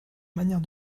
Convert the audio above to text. manière